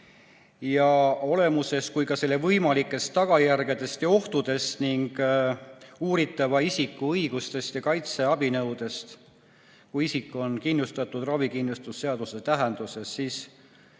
ja olemusest kui ka selle võimalikest tagajärgedest ja ohtudest, samuti uuritava isiku õigustest ja kaitseabinõudest. Kui isik on kindlustatud ravikindlustusseaduse tähenduses, siis